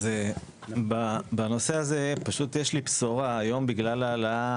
אז בנושא הזה יש לי בשורה: היום בגלל העלייה